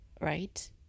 right